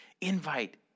Invite